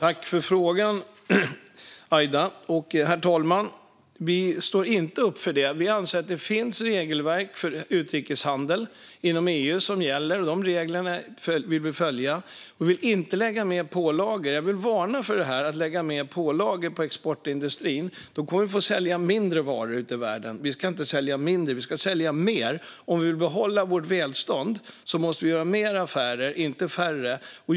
Herr talman! Tack för frågan, Aida! Vi står inte upp för det. Vi anser att det finns regelverk för utrikeshandel inom EU som gäller, och de reglerna vill vi följa. Vi vill inte lägga på mer pålagor. Jag vill varna för att lägga på mer pålagor på exportindustrin. Då kommer vi att få sälja mindre ute i världen. Vi kan inte sälja mindre; vi ska sälja mer. Om vi vill behålla vårt välstånd måste vi göra fler affärer, inte färre.